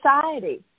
society